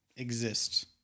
exist